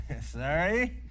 sorry